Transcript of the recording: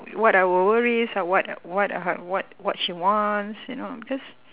what our worries uh what what uh what what she wants you know because